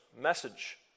message